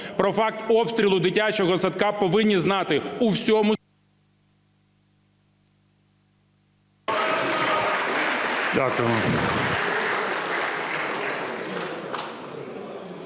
Про факт обстрілу дитячого садка повинні знати у всьому…